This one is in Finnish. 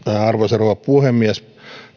arvoisa rouva puhemies